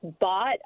bought